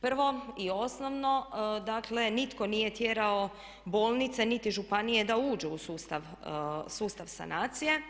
Prvo i osnovno, dakle nitko nije tjerao bolnice niti županije da uđu u sustav, sustav sanacije.